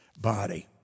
body